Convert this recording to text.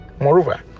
Moreover